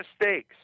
mistakes